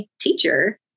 teacher